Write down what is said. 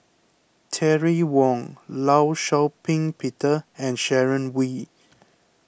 Terry Wong Law Shau Ping Peter and Sharon Wee